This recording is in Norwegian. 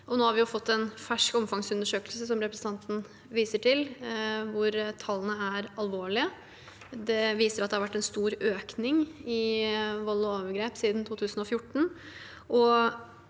Nå har vi fått en fersk omfangsundersøkelse, som representanten viser til, hvor tallene er alvorlige. Den viser at det har vært en stor økning i vold og overgrep siden 2014,